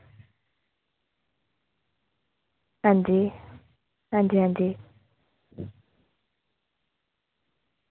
अंजी अंजी अंजी